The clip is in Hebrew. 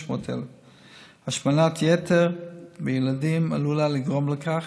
600,000. השמנת יתר בילדים עלולה לגרום לכך,